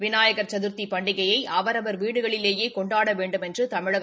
விநாயகர் சதர்த்தி பண்டிகையை அவரவர் வீடுகளிலேயே கொண்டாட வேண்டுமென்று தமிழக